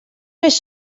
més